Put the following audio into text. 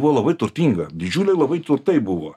buvo labai turtinga didžiuliai labai turtai buvo